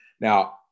Now